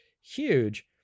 huge